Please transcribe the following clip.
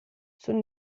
sono